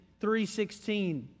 3.16